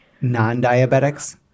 non-diabetics